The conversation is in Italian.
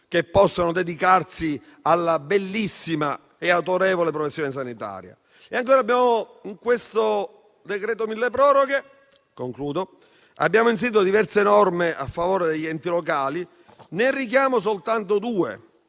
che possono dedicarsi alla bellissima e autorevole professione sanitaria. Nel decreto-legge milleproroghe in esame abbiamo inserito diverse norme a favore degli enti locali. Ne richiamo soltanto due: